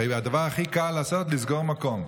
הרי הדבר הכי קל לעשות זה לסגור מקום.